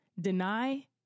deny